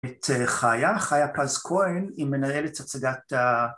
את חיה, חיה פלס כהן, היא מנהלת הצגת